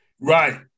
Right